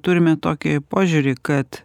turime tokį požiūrį kad